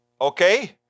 Okay